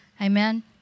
amen